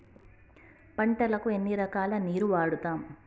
పంటలకు ఎన్ని రకాల నీరు వాడుతం?